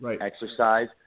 exercise